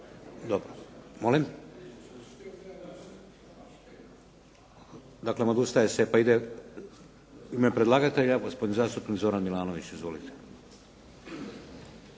čuje se./… Daklem, odustaje se pa ide u ime predlagatelja gospodin zastupnik Zoran Milanović. Izvolite.